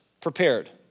prepared